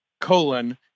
Colon